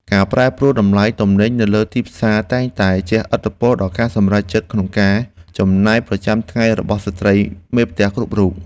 ការប្រែប្រួលតម្លៃទំនិញនៅលើទីផ្សារតែងតែជះឥទ្ធិពលដល់ការសម្រេចចិត្តក្នុងការចំណាយប្រចាំថ្ងៃរបស់ស្ត្រីមេផ្ទះគ្រប់រូប។